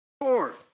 Four